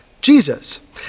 Jesus